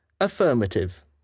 Affirmative